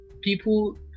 people